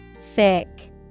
Thick